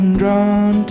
drawn